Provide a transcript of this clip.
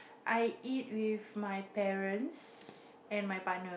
I eat with my parents and my partner